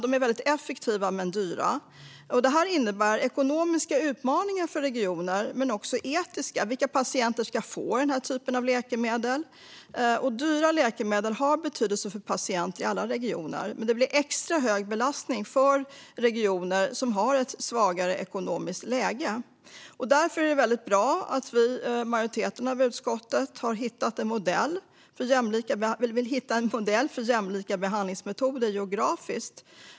De är väldigt effektiva men dyra. Detta innebär ekonomiska utmaningar för regioner, men också etiska. Vilka patienter ska få denna typ av läkemedel? Dyra läkemedel har betydelse för patienter i alla regioner, men det blir en extra hög belastning för regioner som har ett svagare ekonomiskt läge. Därför är det väldigt bra att majoriteten i utskottet vill hitta en modell för geografiskt jämlika behandlingsmetoder.